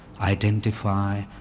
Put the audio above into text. identify